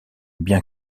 bien